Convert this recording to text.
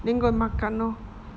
then go and makan lor